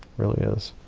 really is.